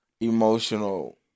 emotional